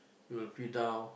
you will feel down